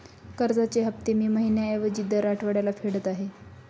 कर्जाचे हफ्ते मी महिन्या ऐवजी दर आठवड्याला फेडत आहे